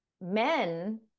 Men